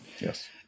Yes